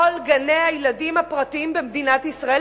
כל גני-הילדים הפרטיים במדינת ישראל,